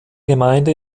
gemeinde